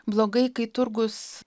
blogai kai turgus